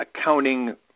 accounting